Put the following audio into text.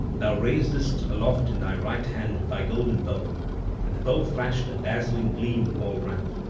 thou raisedst aloft in thy right hand thy golden bow and the bow flashed a dazzling gleam all round.